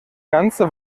ganze